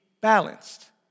balanced